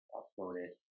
uploaded